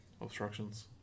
obstructions